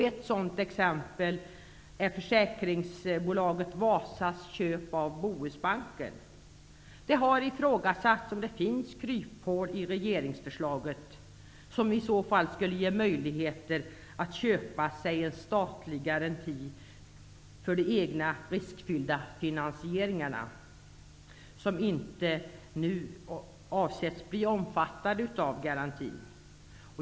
Ett sådant exempel är försäkringsbolaget Wasas köp av Bohusbanken. Det har ifrågasatts om det finns kryphål i regeringsförslaget, som i så fall skulle ge möjlighet att köpa sig statlig garanti för sådana egna riskfyllda finansieringar som inte nu avsetts bli omfattade av garantin.